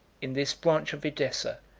in this branch of edessa,